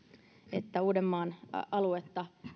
että uudenmaan alue